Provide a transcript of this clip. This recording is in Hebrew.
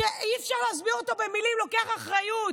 שאי-אפשר להסביר אותו במילים, לוקח אחריות.